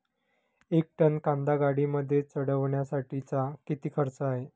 एक टन कांदा गाडीमध्ये चढवण्यासाठीचा किती खर्च आहे?